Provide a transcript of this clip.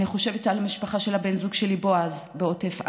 אני חושבת על המשפחה של בן הזוג שלי בועז בעוטף עזה,